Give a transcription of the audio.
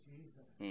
Jesus